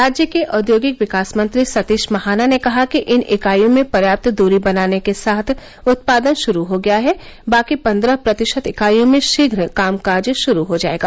राज्य के औद्योगिक विकास मंत्री सतीश महाना ने कहा कि इन इकाइयों में पर्याप्त दूरी बनाने के साथ उत्पादन शुरू हो गया है बाकी पन्द्रह प्रतिशत इकाइयों में शीघ्न काम काज शुरू हो जाएगा